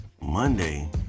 Monday